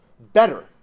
better